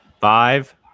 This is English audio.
Five